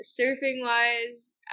surfing-wise